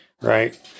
right